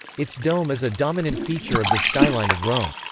its dome is a dominant feature of the skyline of rome.